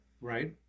Right